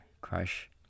crush